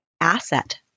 asset